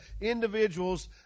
individuals